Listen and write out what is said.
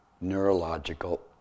neurological